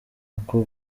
uku